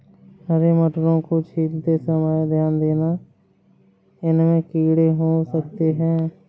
हरे मटरों को छीलते समय ध्यान देना, इनमें कीड़े हो सकते हैं